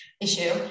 issue